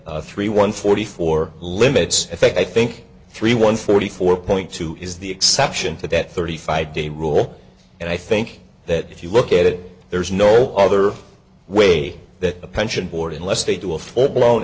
three one forty four limits i think i think three one forty four point two is the exception to that thirty five day rule and i think that if you look at it there's no other way that the pension board unless they do a full blown